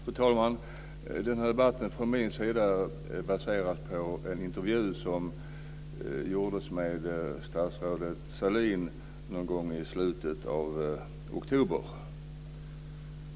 Fru talman! Bakgrunden till den här debatten är en intervju som gjordes med statsrådet Sahlin någon gång i slutet av oktober.